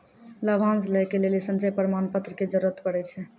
लाभांश लै के लेली संचय प्रमाण पत्र के जरूरत पड़ै छै